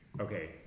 okay